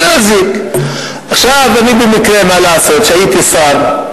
מה לעשות, אני במקרה, כשהייתי שר,